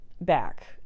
back